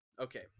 Okay